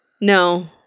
No